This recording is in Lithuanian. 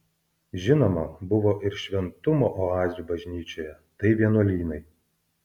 žinoma buvo ir šventumo oazių bažnyčioje tai vienuolynai